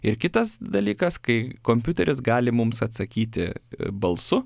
ir kitas dalykas kai kompiuteris gali mums atsakyti balsu